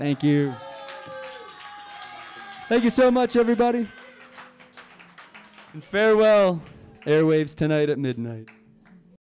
thank you thank you so much everybody farewell airwaves tonight at midnight